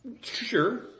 Sure